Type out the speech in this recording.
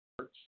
church